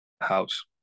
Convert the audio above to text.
House